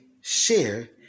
share